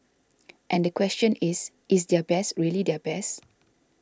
and the question is is their best really their best